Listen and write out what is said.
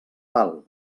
tal